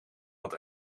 wat